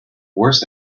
worst